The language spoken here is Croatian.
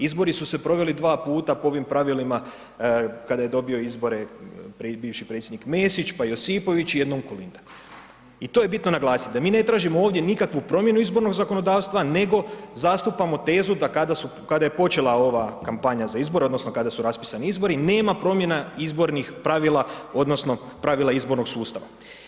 Izbori su se proveli dva puta po ovim pravilima kada je dobio izbore bivši predsjednik Mesić, pa Josipović i jednom Kolinda i to je bitno naglasiti da mi ne tražimo ovdje nikakvu promjenu izbornog zakonodavstva nego zastupamo tezu da kada je počela ova kampanja za izbore odnosno kada su raspisani izbori nema promjena izbornih pravila odnosno pravila izbornog sustava.